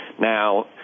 Now